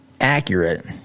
accurate